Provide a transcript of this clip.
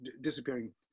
disappearing